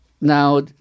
Now